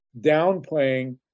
downplaying